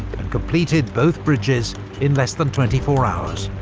and completed both bridges in less than twenty four hours.